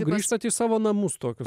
grįžtat į savo namus tokius